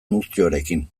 muztioarekin